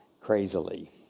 crazily